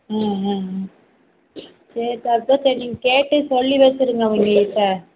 ம் ம் சரித்த அதா நீங்கள் கேட்டு சொல்லி வச்சுருங்க அவங்க கிட்ட